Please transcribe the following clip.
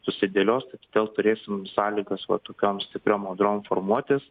susidėlios vėl turėsim sąlygas va tokiom stipriom audrom formuotis